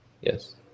Yes